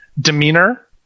demeanor